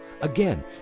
Again